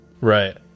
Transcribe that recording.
Right